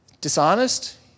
dishonest